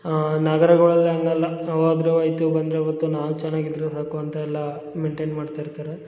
ಆಂ ನಗರಗಳಲ್ಲಿ ಹಂಗಲ್ಲ ಹೋದರೆ ಹೋಯ್ತು ಬಂದರೆ ಬತ್ತು ನಾವು ಚೆನ್ನಾಗಿದ್ರೆ ಸಾಕು ಅಂತ ಎಲ್ಲಾ ಮೈಂಟೇನ್ ಮಾಡ್ತಾಯಿರ್ತಾರೆ